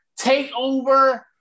TakeOver